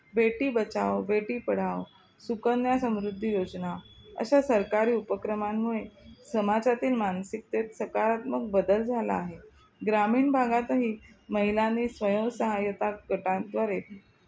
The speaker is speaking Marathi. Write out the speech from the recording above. बेटी बचाव बेटी पढाव सुकन्या समृद्धी योजना अशा सरकारी उपक्रमांमुळे समाजातील मानसिकतेत सकारात्मक बदल झाला आहे ग्रामीण भागातही महिलानी स्वयंसहाय्यता गटांद्वारे